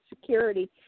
security